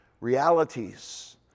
realities